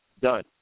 Done